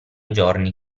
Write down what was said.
giorni